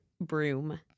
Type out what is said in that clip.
broom